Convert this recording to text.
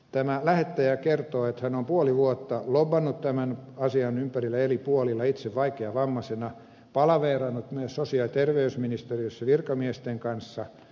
tämä lähettäjä kertoo että hän on puoli vuotta lobannut tämän asian ympärillä eri puolilla itse vaikeavammaisena palaveerannut myös sosiaali ja terveysministeriössä virkamiesten kanssa